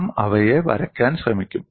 നാം അവയെ വരയ്ക്കാൻ ശ്രമിക്കും